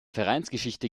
vereinsgeschichte